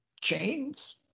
chains